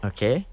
Okay